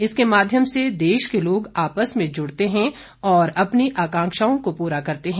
इसके माध्यम से देश के लोग आपस में जुड़ते हैं और अपनी आकांक्षाओं को पूरा करते हैं